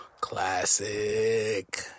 Classic